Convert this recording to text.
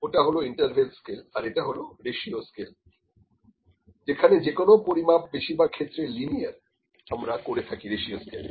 ওটা হল interval scale আর এটা হল রেশিও স্কেল যেখানে যে কোন পরিমাপ বেশিরভাগ ক্ষেত্রে লিনিয়ার আমরা করে থাকি রেশিও স্কেলে